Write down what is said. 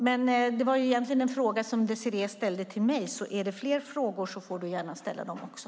Detta var egentligen en fråga som Désirée Pethrus ställde till mig, så är det fler frågor får hon gärna ställa dem också.